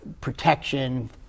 protection